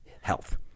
health